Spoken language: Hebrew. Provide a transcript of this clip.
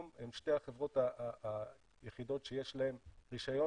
הן שתי החברות היחידות שיש להן רישיון